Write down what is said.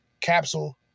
Capsule